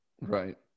Right